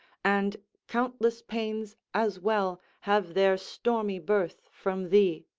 and countless pains as well have their stormy birth from thee.